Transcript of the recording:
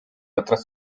otras